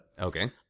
Okay